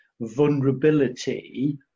vulnerability